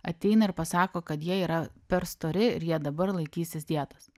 ateina ir pasako kad jie yra per stori ir jie dabar laikysis dietos